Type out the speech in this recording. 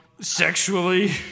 sexually